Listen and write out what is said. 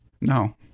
no